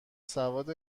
سواد